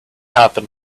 happen